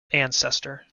ancestor